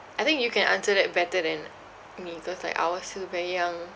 I think you can answer that better than me because like I was still very young